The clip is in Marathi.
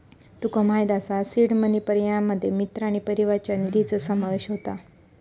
तुका माहित असा सीड मनी पर्यायांमध्ये मित्र आणि परिवाराच्या निधीचो समावेश होता